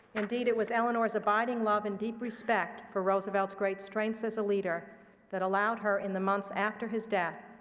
indeed, it was eleanor's abiding love and deep respect for roosevelt's great strengths as a leader that allowed her, in the months after his death,